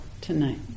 tonight